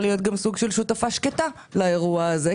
להיות גם סוג של שותפה שקטה לאירוע הזה,